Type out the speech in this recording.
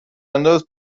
انداز